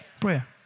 Prayer